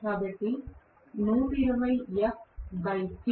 ఇది 60 హెర్ట్జ్ యంత్రం